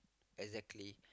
exactly